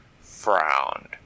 frowned